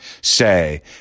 say